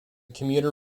commuter